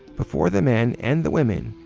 before the men, and the women,